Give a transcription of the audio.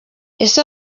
ese